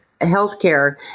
healthcare